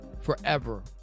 forever